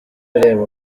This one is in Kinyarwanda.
reba